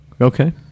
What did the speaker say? okay